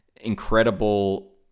incredible